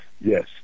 Yes